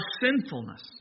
sinfulness